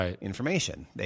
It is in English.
information